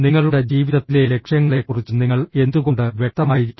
നിങ്ങളുടെ ജീവിതത്തിലെ ലക്ഷ്യങ്ങളെക്കുറിച്ച് നിങ്ങൾ എന്തുകൊണ്ട് വ്യക്തമായിരിക്കണം